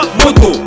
moto